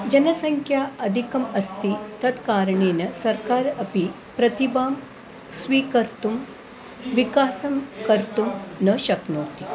जनसङ्ख्या अधिका अस्ति तत् कारणेन सर्वकारः अपि प्रतिभां स्वीकर्तुं विकासं कर्तुं न शक्नोति